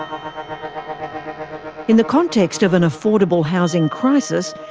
um in the context of an affordable housing crisis,